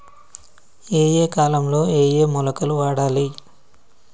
ఏయే కాలంలో ఏయే మొలకలు వాడాలి?